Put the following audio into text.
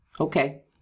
Okay